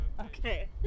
Okay